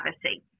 privacy